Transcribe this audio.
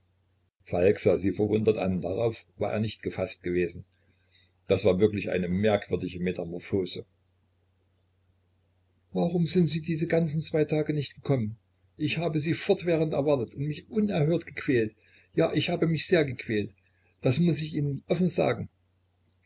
falk sah sie verwundert an darauf war er nicht gefaßt gewesen das war wirklich eine merkwürdige metamorphose warum sind sie diese ganzen zwei tage lang nicht gekommen ich habe sie fortwährend erwartet und mich unerhört gequält ja ich habe mich sehr gequält das muß ich ihnen offen sagen